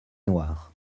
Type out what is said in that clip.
noir